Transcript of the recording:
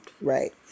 Right